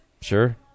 Sure